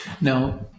Now